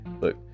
look